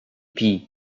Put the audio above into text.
pis